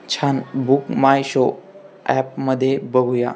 छान BookMyShow ॲपमध्ये बघूया